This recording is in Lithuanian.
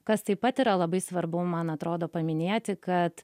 kas taip pat yra labai svarbu man atrodo paminėti kad